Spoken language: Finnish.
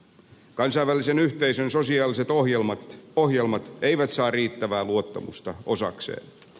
kansainvälisen yhteisön sosiaaliset ohjelmat eivät saa riittävää luottamusta osakseen